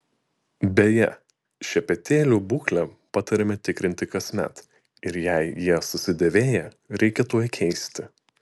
beje šepetėlių būklę patariama tikrinti kasmet ir jei jie susidėvėję reikia tuoj keisti